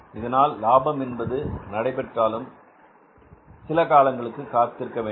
இதனால் லாபம் என்பது நடைபெற்றாலும் சில காலங்களுக்கு காத்திருக்க வேண்டும்